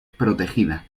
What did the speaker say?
protegida